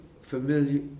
familiar